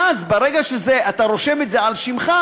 ואז, ברגע שאתה רושם את זה על שמך,